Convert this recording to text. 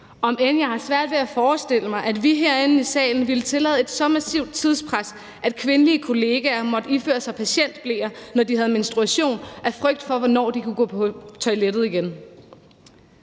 om end jeg har svært ved at forestille mig, at vi herinde i salen ville tillade et så massivt tidspres, at kvindelige kollegaer måtte iføre sig bleer, når de havde menstruation, på grund af uvished om, hvornår de kunne gå på toilettet igen.